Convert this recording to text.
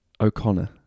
O'Connor